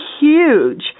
huge